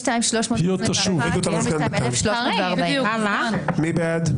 22,341 עד 22,360. מי בעד?